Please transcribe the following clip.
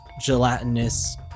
gelatinous